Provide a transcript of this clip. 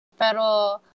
Pero